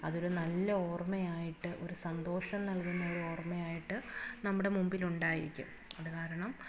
അതൊരു നല്ല ഓർമ്മയായിട്ട് ഒരു സന്തോഷം നൽകുന്ന ഒരു ഓർമയായിട്ട് നമ്മുടെ മുമ്പിൽ ഉണ്ടായിരിക്കും അതുകാരണം